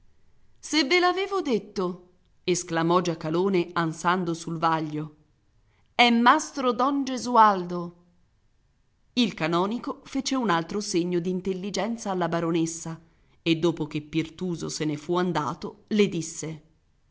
se ve l'avevo detto esclamò giacalone ansando sul vaglio è mastro don gesualdo il canonico fece un altro segno d'intelligenza alla baronessa e dopo che pirtuso se ne fu andato le disse